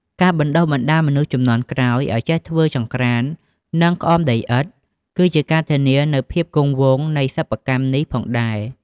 ការបណ្ដុះបណ្ដាលមនុស្សជំនាន់ក្រោយឱ្យចេះធ្វើចង្ក្រាន និងក្អមដីឥដ្ឋ គឺជាការធានានូវភាពគង់វង្សនៃសិប្បកម្មនេះផងដែរ។